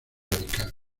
radical